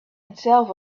itself